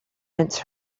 mince